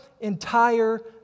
entire